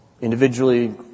Individually